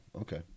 Okay